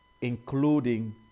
including